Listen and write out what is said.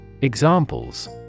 Examples